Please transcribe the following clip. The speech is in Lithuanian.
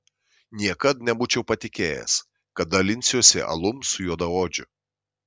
niekad nebūčiau patikėjęs kad dalinsiuosi alum su juodaodžiu